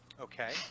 Okay